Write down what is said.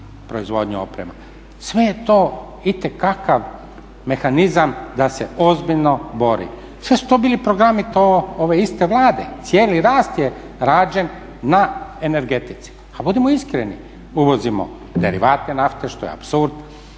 proizvodnju oprema. Sve je to itekakav mehanizam da se ozbiljno bori. Sve su to bili programi ove iste Vlade, cijeli rast je rađen na energetici. A budimo iskreni, uvozimo derivate nafte što je apsurd,